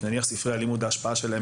שנניח שההשפעה של ספרי הלימוד היא מסוימת.